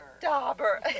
Dauber